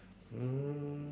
um